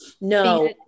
No